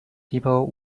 people